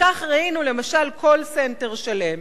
וכך ראינו למשל קול-סנטר שלם,